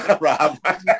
Rob